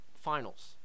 finals